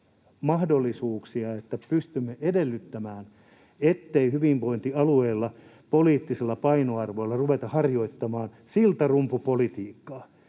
mahdollisuuksia, että pystymme edellyttämään, ettei hyvinvointialueilla poliittisilla painoarvoilla ruveta harjoittamaan siltarumpupolitiikkaa